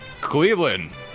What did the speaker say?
Cleveland